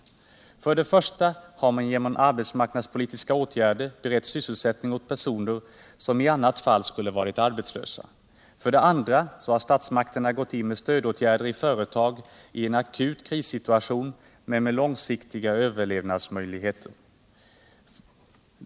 Finansdebatt Finansdebatt För det första har man genom arbetsmarknadspolitiska åtgärder berett sysselsättning åt personer som i annat fall skulle varit arbetslösa. För det andra har statsmakterna gått in med stödåtgärder i företag i en akut krissituation men med långsiktiga överlevnadsmöjligheter.